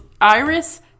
Iris